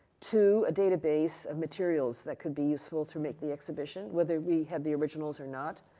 two, a database of materials that could be useful to make the exhibition, whether we have the originals or not.